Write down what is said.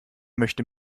möchte